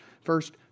First